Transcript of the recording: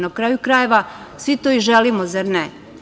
Na kraju krajeva, svi to i želimo, zar ne?